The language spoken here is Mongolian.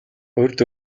урьд